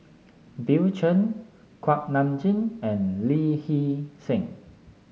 Bill Chen Kuak Nam Jin and Lee Hee Seng